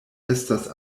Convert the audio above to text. estas